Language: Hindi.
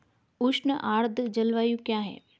उष्ण आर्द्र जलवायु क्या है?